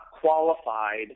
qualified